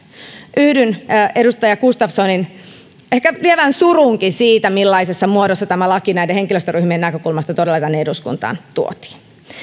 yhdyn edustaja gustafssonin ehkä lievään suruunkin siitä millaisessa muodossa tämä laki näiden henkilöstöryhmien näkökulmasta todella tänne eduskuntaan tuotiin